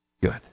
good